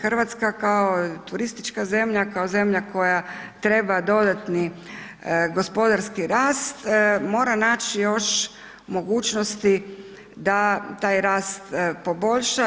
Hrvatska kao turistička zemlja, kao zemlja koja treba dodatni gospodarski rast, mora naći još mogućnosti da taj rast poboljša.